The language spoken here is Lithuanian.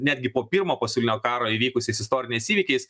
netgi po pirmo pasaulinio karo įvykusiais istoriniais įvykiais